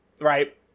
right